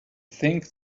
thing